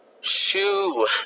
shoe